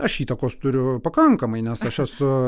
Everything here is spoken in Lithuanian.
aš įtakos turiu pakankamai nes aš esu